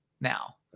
now